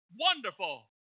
Wonderful